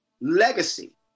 legacy